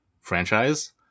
franchise